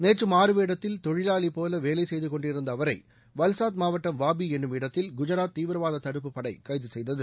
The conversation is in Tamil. நேற்று மாறு வேடத்தில் தொழிலாளி போல வேலை செய்துக்கொண்டிருந்த அவரை வல்சாத் மாவட்டம் வாபி என்னும் இடத்தில் குஜராத் தீவிரவாத தடுப்புப்படை கைது செய்தது